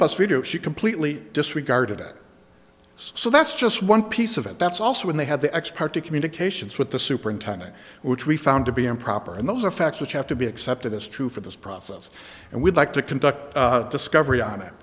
bus video she completely disregarded it so that's just one piece of it that's also when they had the expert to communications with the superintendent which we found to be improper and those are facts which have to be accepted as true for this process and we'd like to conduct discovery on it